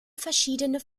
verschiedene